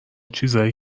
چیزای